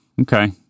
okay